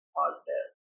positive